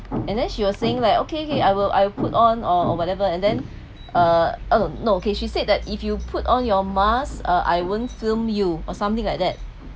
and then she was saying like okay okay I will I will put on or or whatever and then uh uh no okay she said that if you put on your mask uh I won't film you or something like that